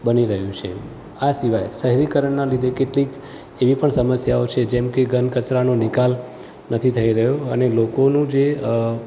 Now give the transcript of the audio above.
બની રહ્યું છે આ સિવાય શહેરીકરણના લીધે કેટલીક એવી પણ સમસ્યાઓ છે જેમ કે ઘન કચરાનો નિકાલ નથી થઈ રહ્યો અને લોકોનું જે